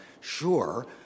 sure